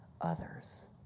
others